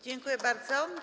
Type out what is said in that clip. Dziękuję bardzo.